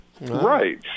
Right